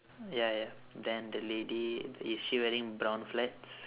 ya ya then the lady is she wearing brown flats